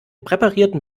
präparierten